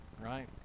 right